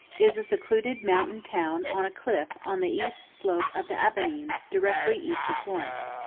is a secluded mountain town on a cliff on the east slope of the apennines directly east of florence.